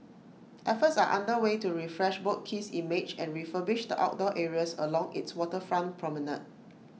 efforts are under way to refresh boat Quay's image and refurbish the outdoor areas along its waterfront promenade